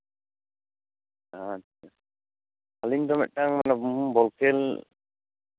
ᱟᱪᱪᱷᱟ ᱟᱹᱞᱤᱧ ᱫᱚ ᱢᱤᱫᱴᱟᱱ ᱵᱚᱞ ᱠᱷᱮᱞ